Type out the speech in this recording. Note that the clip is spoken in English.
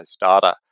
data